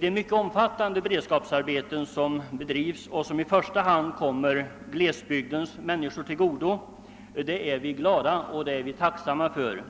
De mycket omfattande beredskapsarbeten som bedrivs och som i första hand kommer glesbygdens människor till godo är vi glada och tacksamma för.